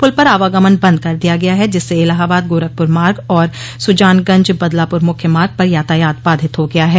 पुल पर आवागमन बंद कर दिया गया है जिससे इलाहाबाद गोरखपुर मार्ग और सुजानगंज बदलापुर मुख्य मार्ग पर यातायात बाधित हो गया है